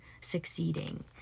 succeeding